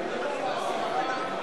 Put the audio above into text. שיזם פרטי יהיה חייב לבנות להשכרה?